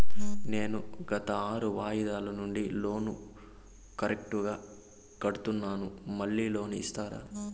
నేను గత ఆరు వాయిదాల నుండి లోను కరెక్టుగా కడ్తున్నాను, మళ్ళీ లోను ఇస్తారా?